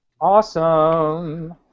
Awesome